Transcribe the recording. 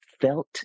felt